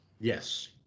Yes